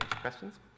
questions